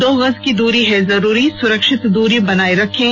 दो गज की दूरी है जरूरी सुरक्षित दूरी बनाए रखें